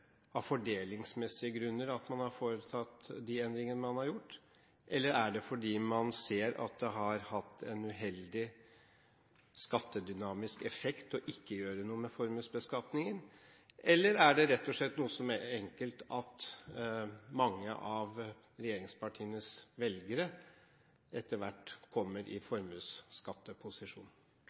av fordelingsmessige grunner man har foretatt de endringer man har gjort? Er det fordi man ser at det har hatt en uheldig skattedynamisk effekt ikke å gjøre noe med formuesbeskatningen, eller er det rett og slett noe så enkelt som at mange av regjeringspartienes velgere etter hvert kommer i formuesskatteposisjon?